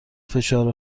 فشار